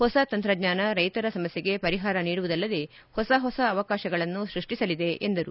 ಹೊಸ ತಂತ್ರಜ್ಞಾನ ರೈತರ ಸಮಸ್ಥೆಗೆ ಪರಿಹಾರ ನೀಡುವುದಲ್ಲದೇ ಹೊಸ ಹೊಸ ಅವಕಾಶಗಳನ್ನು ಸೃಷ್ಟಿಸಲಿದೆ ಎಂದರು